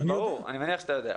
אני מניח שאתה יודע.